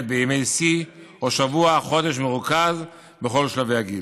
בימי שיא או שבוע או חודש מרוכז בכל שלבי הגיל.